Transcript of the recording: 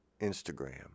Instagram